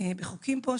בחוקים פה,